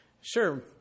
sure